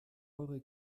eure